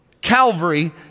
Calvary